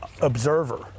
observer